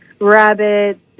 rabbits